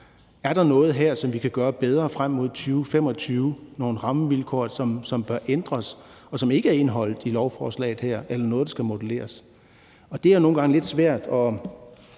Er der noget her, som vi kan gøre bedre frem mod 2025, nogle rammevilkår, som bør ændres, og som ikke er indeholdt i det her lovforslag, eller noget, der skal moduleres? Det er nogle gange lidt svært at